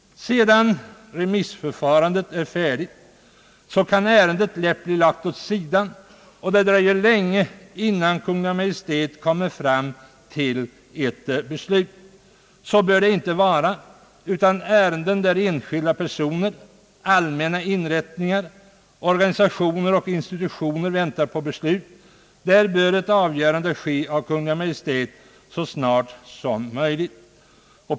Sedan remissförfarandet blivit avslutat kan ett ärende lätt bli lagt åt sidan, och då dröjer det länge innan Kungl. Maj:t kommer fram till ett beslut. Så bör det inte vara, utan ärenden i fråga om vilka enskilda personer, allmänna inrättningar, organisationer och institutioner väntar på beslut bör avgöras av Kungl. Maj:t så snart som möjligt.